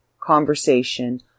conversation